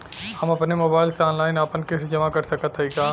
हम अपने मोबाइल से ऑनलाइन आपन किस्त जमा कर सकत हई का?